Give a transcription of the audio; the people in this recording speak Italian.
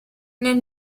nel